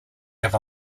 have